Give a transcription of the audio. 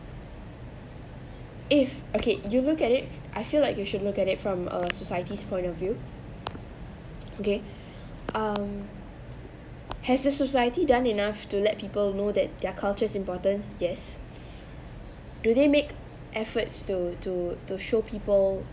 if okay you look at I feel like you should look at it from a society's point of view okay um has this society done enough to let people know that their culture is important yes do they make efforts to to to show people